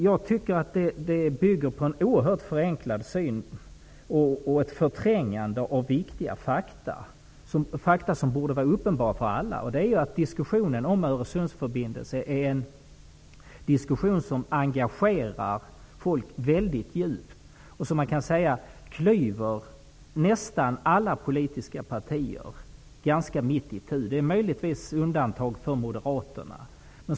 Jag tycker att det bygger på en oerhört förenklad syn och ett förträngande av viktiga fakta. Ett faktum som borde vara uppenbart för alla är att diskussionen om Öresundsförbindelsen engagerar folk mycket djupt och klyver nästan alla politiska partier mitt itu. Undantaget är möjligen Moderaterna.